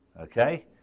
okay